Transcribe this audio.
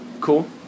cool